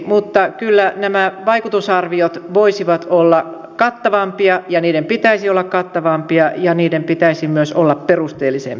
mutta kyllä nämä vaikutusarviot voisivat olla kattavampia ja niiden pitäisi olla kattavampia ja niiden pitäisi myös olla perusteellisempia